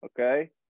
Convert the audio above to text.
okay